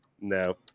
no